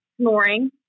snoring